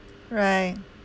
right